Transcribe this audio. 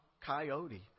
Coyote